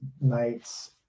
nights